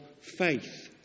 faith